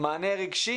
מענה רגשי